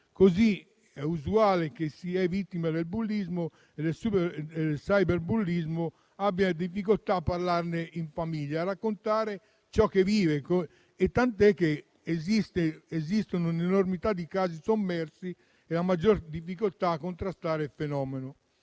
Così è usuale che la vittima del bullismo e del cyberbullismo abbia difficoltà a parlarne in famiglia, a raccontare ciò che vive. Tant'è che esiste un'enormità di casi sommersi e si ha più difficoltà a contrastare il fenomeno.